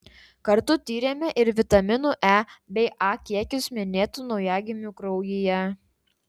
kartu tyrėme ir vitaminų e bei a kiekius minėtų naujagimių kraujyje